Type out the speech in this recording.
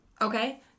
okay